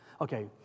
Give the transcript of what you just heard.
Okay